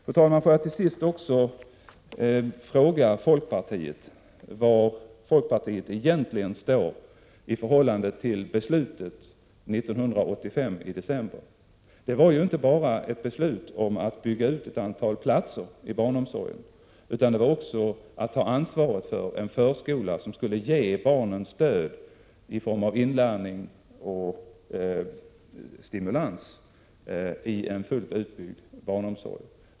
Låt mig, fru talman, till sist också fråga folkpartiet var folkpartiet egentligen står i förhållande till beslutet 1985 i december. Det var ju inte bara ett beslut om att bygga ut ett antal platser i barnomsorgen — det var också ett beslut att ta ansvaret för en förskola som skulle ge barnen stöd i form av inlärning och stimulans i en fullt utbyggd barnomsorg.